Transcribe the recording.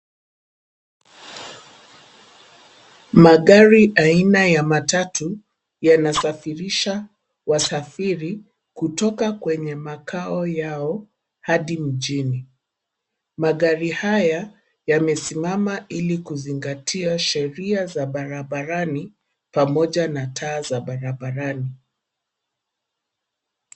Magari aina ya matatu yanasafirisha wasafiri kutoka kwenye makao yao hadi mjini. Magari haya yamesimama ili kuzingatia sheria za barabarani pamoja na taa za barabarani.